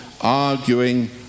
arguing